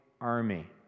army